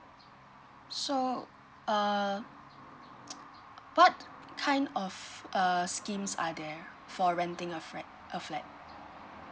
so err what kind of err schemes are there for renting a fret a flat